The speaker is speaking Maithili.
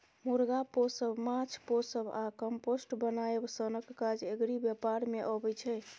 मुर्गा पोसब, माछ पोसब आ कंपोस्ट बनाएब सनक काज एग्री बेपार मे अबै छै